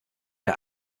der